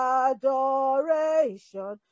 adoration